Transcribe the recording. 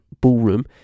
Ballroom